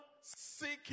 seeking